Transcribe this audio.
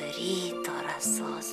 ryto rasos